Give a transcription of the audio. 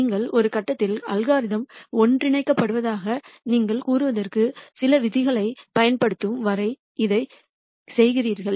நீங்கள் ஒரு கட்டத்தில் அல்காரிதம் ஒன்றிணைக்கப்படுவதாக நீங்கள் கூறுவதற்கு சில விதிகளைப் பயன்படுத்தும் வரை இதைச் செய்கிறீர்கள்